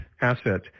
asset